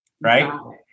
right